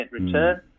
return